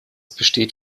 besteht